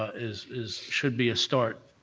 is is should be a start,